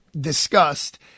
discussed